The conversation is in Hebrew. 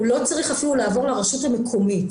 הוא לא צריך אפילו לעבור לרשות מקומית.